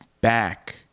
back